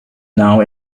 now